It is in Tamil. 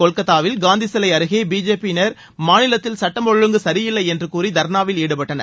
கொல்கத்தாவில் காந்தி சிலை அருகே பிஜேபியினர் மாநிலத்தில் சுட்டம் ஒழுங்கு சரியில்லை என்று கூறி தர்ணாவில் ஈடுபட்டனர்